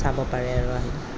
চাব পাৰে আৰু আহিলে